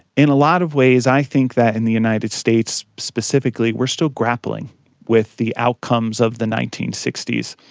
in a lot of ways i think that in the united states specifically we are still grappling with the outcomes of the nineteen sixty s,